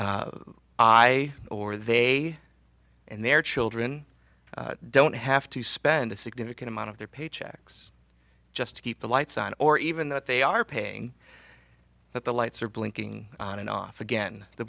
where i or they and their children don't have to spend a significant amount of their paychecks just to keep the lights on or even that they are paying but the lights are blinking on and off again the